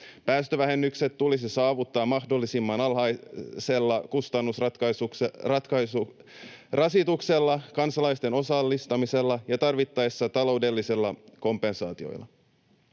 Päästövähennykset tulisi saavuttaa mahdollisimman alhaisella kustannusrasituksella, kansalaisten osallistamisella ja tarvittaessa taloudellisilla kompensaatioilla.